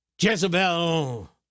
Jezebel